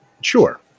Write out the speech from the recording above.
Sure